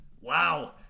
Wow